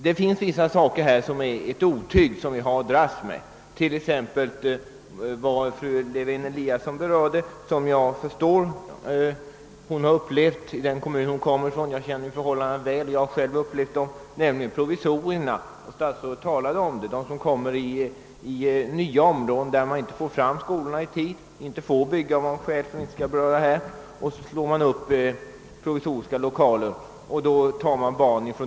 Vi har vissa besvärliga problem att dras med, t.ex. det som fru Lewén Eliasson berörde och som jag förstår att hon upplevt i sin kommun, nämligen provisorierna. Själv har jag också erfarenhet av detta. För de barn som bor i nya områden där skolorna inte blir färdiga i tid eller där man av skäl som jag här inte skall ingå på inte får bygga några skolor slår man upp provisoriska lokaler, som vi har stort besvär med.